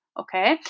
okay